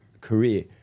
career